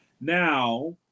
Now